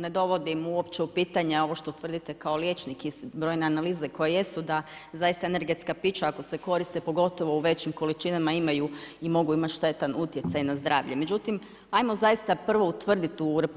Ne dovodim uopće u pitanje ovo što tvrdite kao liječnik i brojne analize koje jesu da zaista energetska pića ako se koriste pogotovo u većim količinama imaju i mogu imati štetan utjecaj na zdravlje, međutim ajmo zaista utvrditi u RH